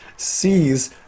sees